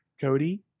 Cody